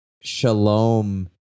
shalom